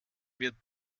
wird